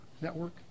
network